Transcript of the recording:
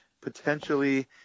potentially